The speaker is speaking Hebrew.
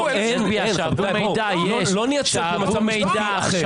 לא נייצר פה מצב משפטי אחר.